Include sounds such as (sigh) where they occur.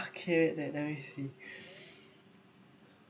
okay let let me see (breath)